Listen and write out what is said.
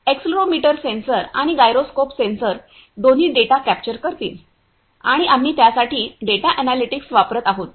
accelerometer sensor आणि gyroscope sensor दोन्ही data capture करतील आणि आम्ही त्यासाठी डेटा एनालिटिक्स वापरत आहोत